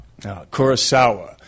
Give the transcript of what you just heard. Kurosawa